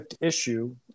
issue